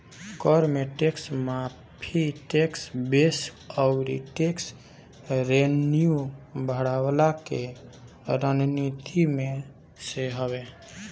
कर में टेक्स माफ़ी, टेक्स बेस अउरी टेक्स रेवन्यू बढ़वला के रणनीति में से हवे